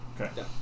Okay